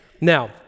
Now